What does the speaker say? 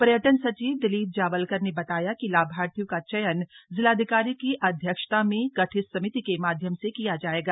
पर्यटन सचिव दिलीप जावलकर ने बताया कि लाभार्थियों का चयन जिलाधिकारी की अध्यक्षता में गठित समिति के माध्यम से किया जायेगा